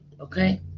okay